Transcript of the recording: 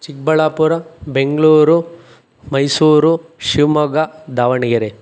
Chikkaballapur Bengaluru Mysuru Shivamogga Davanagere